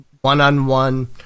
one-on-one